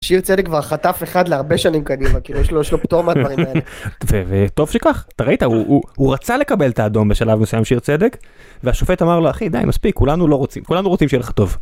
שיר צדק כבר חטף אחד להרבה שנים קדימה, כאילו יש לו פתור מהדברים האלה. וטוב שכך, אתה ראית? הוא רצה לקבל את האדום בשלב מסוים שיר צדק, והשופט אמר לו, אחי, די מספיק, כולנו לא רוצים, כולנו רוצים שיהיה לך טוב.